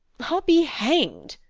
i'll be hanged,